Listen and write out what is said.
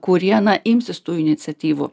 kurie na imsis tų iniciatyvų